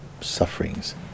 sufferings